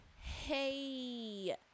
Hey